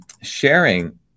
sharing